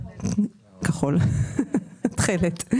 תכלת.